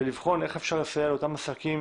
ולבחון איך אפשר לסייע לאותם עסקים